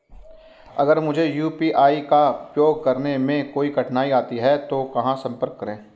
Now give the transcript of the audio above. अगर मुझे यू.पी.आई का उपयोग करने में कोई कठिनाई आती है तो कहां संपर्क करें?